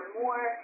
more